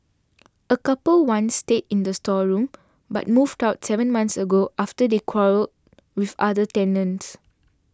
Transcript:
a couple once stayed in the storeroom but moved out seven months ago after they quarrelled with other tenants